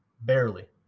Barely